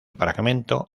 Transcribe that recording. fragmento